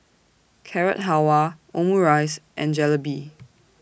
Carrot Halwa Omurice and Jalebi